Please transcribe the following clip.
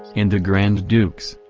and the grand dukes.